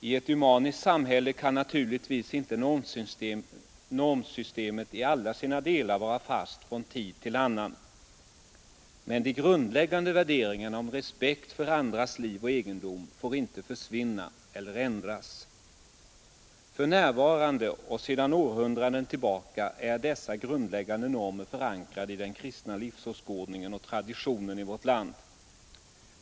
I ett dynamiskt samhälle kan naturligtvis inte normsystemet i alla sina delar vara fast från tid till annan, men de grundläggande värderingarna om respekt för andras liv och egendom får inte försvinna eller ändras. För närvarande och sedan årtionden tillbaka är dessa grundläggande normer förankrade i den kristna livsåskådningen och traditionen i vårt land.